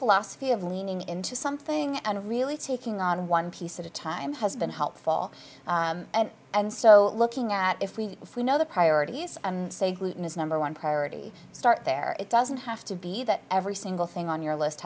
philosophy of leaning into something and really taking on one piece at a time has been helpful and so looking at if we if we know the priorities and say gluten is number one priority start there it doesn't have to be that every single thing on your list